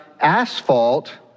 asphalt